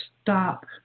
stop